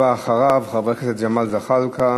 הבא אחריו, חבר הכנסת ג'מאל זחאלקה.